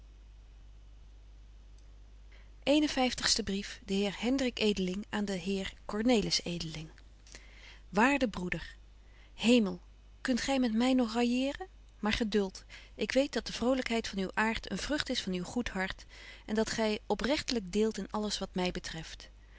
vyftigste brief de heer hendrik edeling aan den heer cornelis edeling waarde broeder hemel kunt gy met my nog railleeren maar geduld ik weet dat de vrolyklieid van uw aart een vrucht is van uw goed hart en dat gy opregtelyk deelt in alles wat my betreft